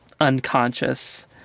unconscious